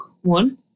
one